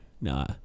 no